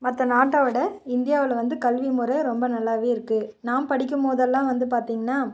மற்ற நாட்டை விட இந்தியாவில் வந்து கல்விமுறை ரொம்ப நல்லாவே இருக்குது நான் படிக்கும்போதெல்லாம் வந்து பார்த்திங்ன்னா